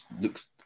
looks